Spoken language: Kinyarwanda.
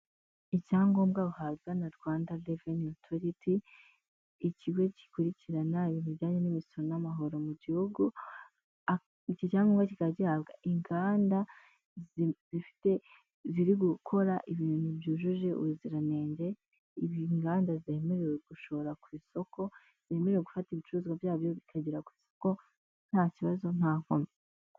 Icyangombwa bahabwa na Rwanda Reveni Otoriti, ikigo gikurikirana bijyanye n'imisoro n'amahoro mu gihugu iki cyangombwa kikaba gihabwa inganda ziri gukora ibintu byujuje ubuziranenge, inganda zemerewe gushora ku isoko, zemerewe gufata ibicuruzwa byabyo bikagera ku isoko nta kibazo nta nkomyi.